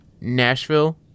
Nashville